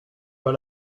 pas